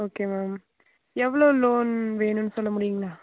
okay ma'am எவ்வளோ loan வேணுன்னு சொல்ல முடியுங்களா